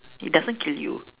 it doesn't kill you